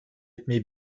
etmeyi